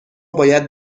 باید